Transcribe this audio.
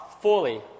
fully